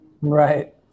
right